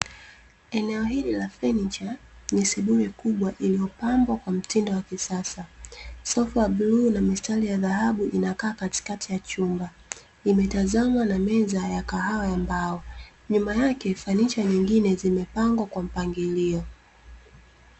Eneo hili la fenicha ni sebule kubwa iliyopambwa kwa mtindo wa kisasa. Sofa bluu na mistari ya dhahabu inakaa katikati ya chumba. Imetazamwa na meza ya kahawa ya mbao. Nyuma yake, fenicha nyingine zimepangwa kwa mpangilio.